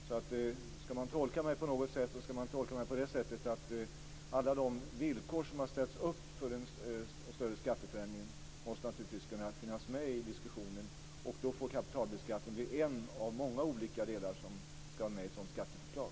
Skall man tolka mig på något sätt skall man alltså göra det så att alla de villkor som har ställts upp för en större skatteförändring naturligtvis måste kunna finnas med i diskussionen. Kapitalbeskattningen får bli en av många olika delar som skall vara med i ett skatteförslag.